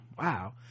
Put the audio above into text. wow